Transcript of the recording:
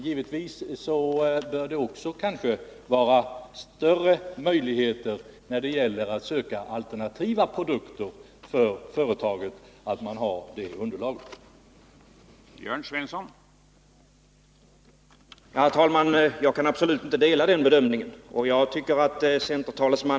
Givetvis bör det finnas större möjligheter när det gäller att söka alternativa produkter för företaget när man har det större underlaget och marknaden.